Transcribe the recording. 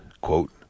quote